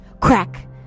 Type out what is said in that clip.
Crack